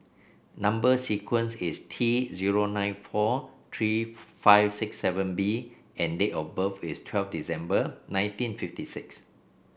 number sequence is T zero nine four three five six seven B and date of birth is twelve December nineteen fifty six